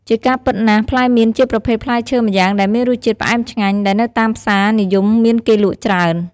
ជាការពិតណាស់ ផ្លែមៀនជាប្រភេទផ្លែឈើម្យ៉ាងដែរមានរសជាតិផ្អែមឆ្ងាញ់ ដែលនៅតាមផ្សារនិយមមានគេលក់ច្រើន។